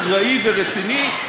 אחראי ורציני,